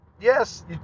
yes